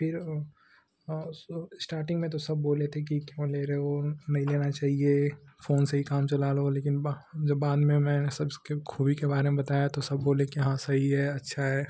फिर उसको इस्टाटिंग में तो सब बोले थे कि क्यों ले रहे हो नहीं लेना चाहिए फ़ोन से ही काम चला लो लेकिन जब बाद में मैंने सब इसकी खूबी के बारे में बताया तो सब बोले कि हाँ सही है अच्छा है